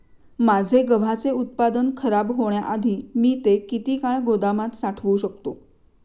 माझे गव्हाचे उत्पादन खराब होण्याआधी मी ते किती काळ गोदामात साठवू शकतो?